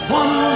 one